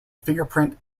fingerprint